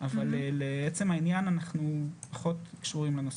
אבל לעצם העניין אנחנו פחות קשורים לנושא.